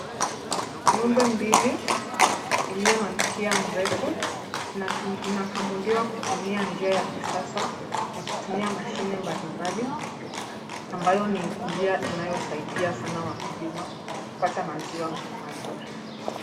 Ngombe mbili iliyo na mkia mrefu inakamuliwa kutumia njia ya kisasa ya kutumia mashine mbali mbali ambayo ni njia inayo saidia sana wakulima kupata maziwa mazuri.